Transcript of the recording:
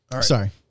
Sorry